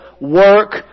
work